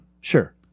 Sure